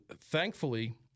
thankfully